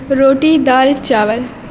روٹی دال چاول